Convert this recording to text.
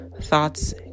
thoughts